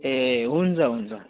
ए हुन्छ हुन्छ